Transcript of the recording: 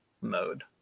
mode